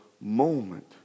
moment